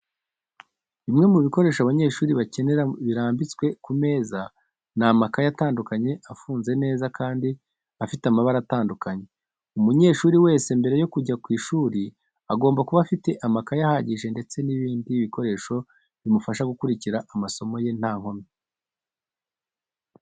Bimwe mu bikoresho abanyeshuri bakenera birambitswe ku meza, ni amakayi atandukanye afunze neza kandi afite amabara atandukanye. Umunyeshuri wese mbere yo kujya ku ishuri agomba kuba afite amakaye ahagije ndetse n'ibindi bikoresho bimufasha gukurikira amasomo ye nta nkomyi.